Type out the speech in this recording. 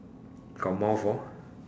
got mouth hor